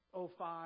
05